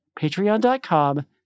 patreon.com